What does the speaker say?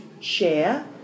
share